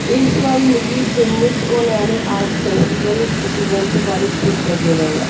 एह् सोआल मिगी जम्मू च होने आह्ले आर्ट फैस्टिवल दे इवेंट दे बारे च पुच्छेआ गेदा ऐ